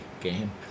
game